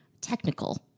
technical